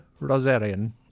rosarian